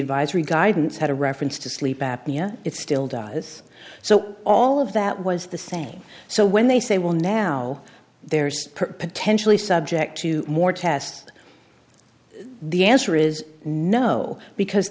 advisory guidance had a reference to sleep apnea it still does so all of that was the same so when they say well now there's potentially subject to more tests the answer is no because